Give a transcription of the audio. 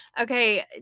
Okay